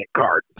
card